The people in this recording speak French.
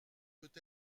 peut